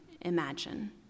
imagine